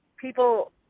people